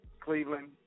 Cleveland